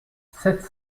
sept